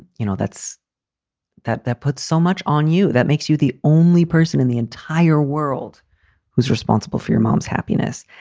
you know, that's that that puts so much on you. that makes you the only person in the entire world who's responsible for your mom's happiness.